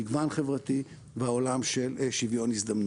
מגוון חברתי בעולם של שוויון הזדמנויות.